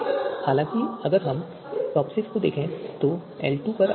हालाँकि अगर हम टॉपसिस को देखें तो यह L2 पर आधारित है